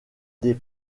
des